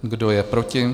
Kdo je proti?